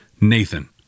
Nathan